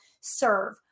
serve